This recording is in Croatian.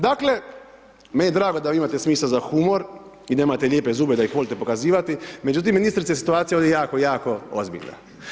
Dakle, meni je drago da vi imate smisao za humor, da imate lijepe zube, da ih volite pokazivati, međutim, ministrice, situacija je ovdje jako, jako ozbiljna.